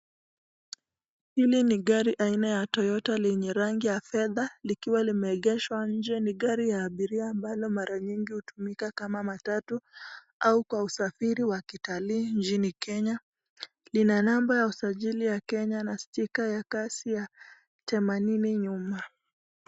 Hili ni gari aina ya Toyota yenye rangi ya fedha likiwa limeegeshwa nje, ni gari ya abiria ambalo mara nyingi hutumika kama matatu au kwa usafiri wa kitalii nchini Kenya lina namba ya usajili ya Kenya na sticker ya kazi ya themanini nyuma.